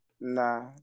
Nah